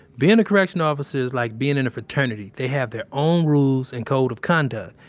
being a correctional officer is like being in a fraternity. they have their own rules and code of conduct,